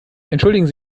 entschuldigen